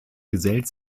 gesellt